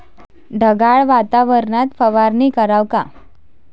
ढगाळ वातावरनात फवारनी कराव का?